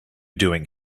doing